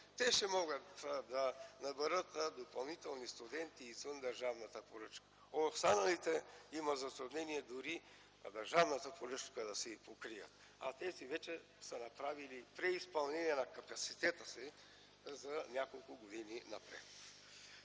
Те ще могат да наберат допълнително студенти, извън държавната поръчка. Останалите имат затруднение дори държавната поръчка да си покрият, а тези вече са направили преизпълнение на капацитета си за няколко години напред.